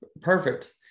perfect